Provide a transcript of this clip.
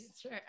sure